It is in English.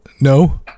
No